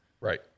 Right